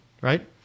right